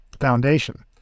Foundation